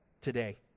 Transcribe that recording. today